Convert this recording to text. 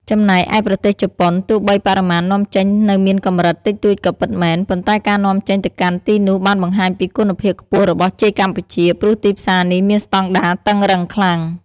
ចំណែកឯប្រទេសជប៉ុន ទោះបីបរិមាណនាំចេញនៅមានកម្រិតតិចតួចក៏ពិតមែន ប៉ុន្តែការនាំចេញទៅកាន់ទីនោះបានបង្ហាញពីគុណភាពខ្ពស់របស់ចេកកម្ពុជា ព្រោះទីផ្សារនេះមានស្តង់ដារតឹងរ៉ឹងខ្លាំង។